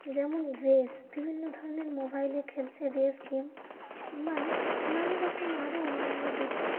যেমন রেস বিভিন্ন ধরনের মোবাইলে খেলছে রেস গেম বা নানা রকম আরো অন্যান্য কিছু